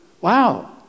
Wow